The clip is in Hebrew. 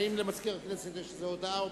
האם למזכיר הכנסת יש איזו הודעה?